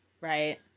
Right